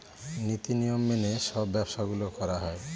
নীতি নিয়ম মেনে সব ব্যবসা গুলো করা হয়